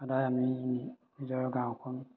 সদায় আমি নিজৰ গাঁওখন